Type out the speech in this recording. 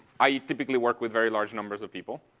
i typically work with very large numbers of people.